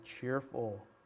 cheerful